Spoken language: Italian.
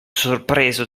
sorpreso